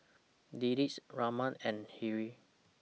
Dilip Ramnath and Hri